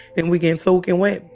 and we getting soaking wet.